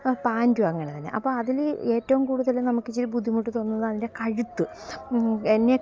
ആ പാൻറ്റും അങ്ങനെ തന്നെ അപ്പോള് അതില് ഏറ്റവും കൂടുതല് നമുക്ക് ഇച്ചിരി ബുദ്ധിമുട്ട് തോന്നുന്നത് അതിൻ്റെ കഴുത്ത്